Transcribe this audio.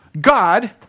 God